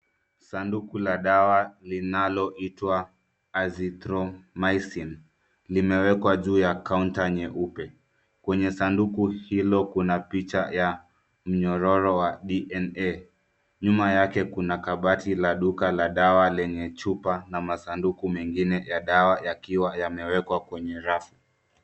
Sanduku la dawa linaloitwa arithromycin limewekwa juu ya counter nyeupe. Kwenye sanduku hilo kuna picha ya mnyororo wa DNA. Nyuma yake kuna kabati la duka la dawa lenye chupa na masanduku mengine ya dawa yakiwa yamewekwa kwenye rafu.